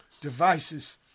devices